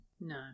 no